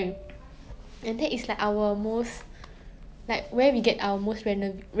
也是 like 有 like 有开始有 like 钱的问题 lah